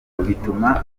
bituma